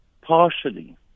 partially